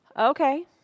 Okay